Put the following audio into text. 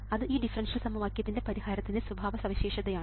അത് ഈ ഡിഫറൻഷ്യൽ സമവാക്യത്തിന്റെ പരിഹാരത്തിന്റെ സ്വഭാവസവിശേഷതയാണ്